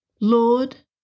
Lord